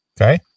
Okay